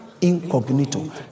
incognito